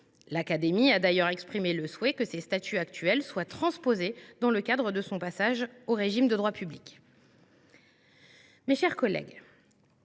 L’Académie a d’ailleurs exprimé le souhait que ses statuts actuels soient transposés dans le cadre de son passage au régime de droit public. Mes chers collègues,